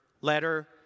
letter